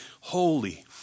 holy